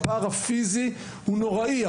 הפער הפיזי הוא נוראי.